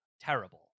terrible